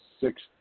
six